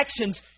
actions